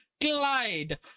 Glide